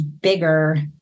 bigger